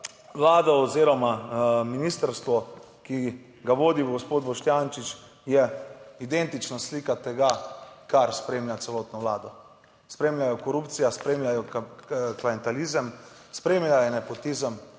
vlada oziroma ministrstvo, ki ga vodi gospod Boštjančič, je identična slika tega, kar spremlja celotno vlado. Spremljajo korupcija, spremljajo klientelizem, spremljajo nepotizem